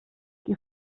qui